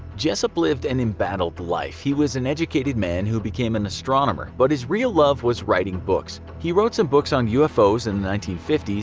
jessup lived an embattled life. he was an educated man who became an astronomer, but his real love was writing books. he wrote some books on ufos in the fifty s,